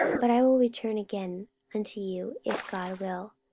but i will return again unto you, if god will.